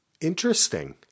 Interesting